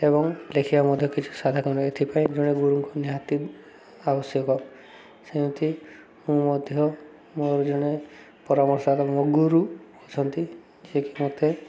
ଏବଂ ଲେଖିବା ମଧ୍ୟ କିଛି ସାଧାରଣ ଏଥିପାଇଁ ଜଣେ ଗୁରୁଙ୍କୁ ନିହାତି ଆବଶ୍ୟକ ସେମିତି ମୁଁ ମଧ୍ୟ ମୋର ଜଣେ ପରାମର୍ଶ ତ ମୋ ଗୁରୁ ଅଛନ୍ତି ଯିଏଏକି ମୋତେ